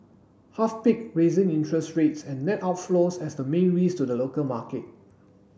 half picked raising interest rates and net outflows as the main risk to the local market